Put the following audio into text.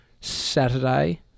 Saturday